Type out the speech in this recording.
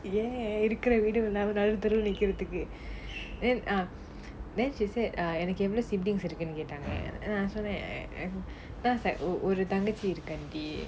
ya இருக்குற வீடும் இல்லாம நடு தெருல நிக்கிறதுக்கு:irukkura veedum illaama nadu therula nikkirathukku then um then she said எனக்கு எவ்ளோ:ennakku evlo sibilings இருக்குனு கேட்டாங்க:irukkunnu kettaanga then after that I I then I was like நான் சொன்னேன் ஒரு தங்கச்சி இருக்கு:naan sonnaen oru thangachi irukku auntie